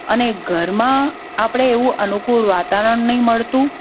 અને ઘરમાં આપણે એવું અનુકૂળ વાતાવરણ નહીં મળતું